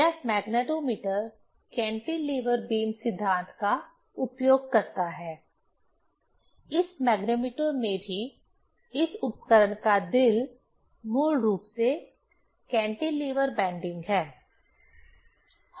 यह magnetometer cantilever beam सिद्धांत का उपयोग करता है इस मैग्नेटोमीटर में भी इस उपकरण का दिल मूल रूप से कैंटिलीवर बैंडिंग है